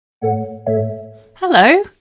Hello